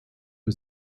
für